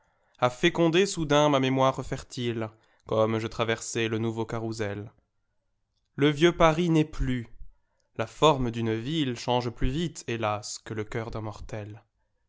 a fécondé soudain ma mémoire fertile comme je traversais le nouveau carrousel le vieux paris n'est plus la forme d'une ville change plus vite hélas que le cœur d'un mortel